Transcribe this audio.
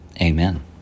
Amen